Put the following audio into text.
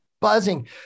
buzzing